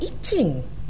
eating